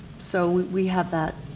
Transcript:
so we have that.